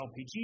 LPG